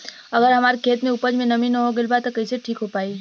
अगर हमार खेत में उपज में नमी न हो गइल बा त कइसे ठीक हो पाई?